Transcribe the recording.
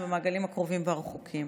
במעגלים הקרובים והרחוקים.